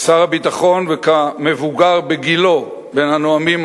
כשר הביטחון וכמבוגר בגילו בין הנואמים